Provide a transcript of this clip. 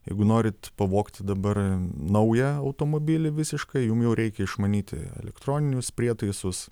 jeigu norit pavogti dabar naują automobilį visiškai jum jau reikia išmanyti elektroninius prietaisus